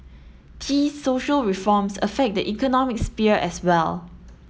social reforms affect the economic sphere as well